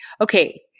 okay